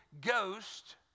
Ghost